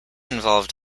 involved